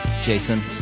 Jason